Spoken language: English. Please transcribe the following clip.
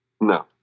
No